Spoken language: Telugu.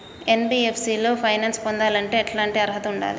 ఎన్.బి.ఎఫ్.సి లో ఫైనాన్స్ పొందాలంటే ఎట్లాంటి అర్హత ఉండాలే?